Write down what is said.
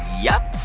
yup.